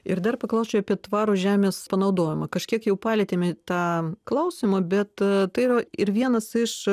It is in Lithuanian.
ir dar paklausčiau apie tvarų žemės panaudojimą kažkiek jau palietėme tą klausimą bet tai yra ir vienas iš